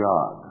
God